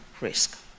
risk